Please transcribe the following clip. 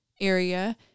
area